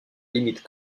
limite